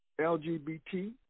LGBT